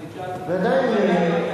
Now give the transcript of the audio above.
לגבי אחמדינג'אד,